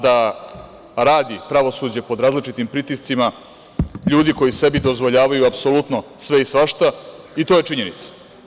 Da radi pravosuđe pod različitim pritiscima ljudi koji sebi dozvoljavaju apsolutno sve i svašta i to je činjenica.